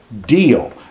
deal